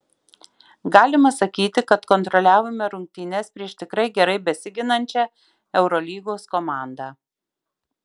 galima sakyti kad kontroliavome rungtynes prieš tikrai gerai besiginančią eurolygos komandą